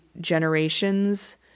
Generations